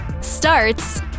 starts